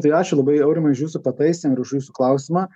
tai ačiū labai aurimai už jūsų pataisymą ir už jūsų klausimą